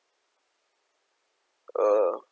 uh